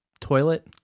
toilet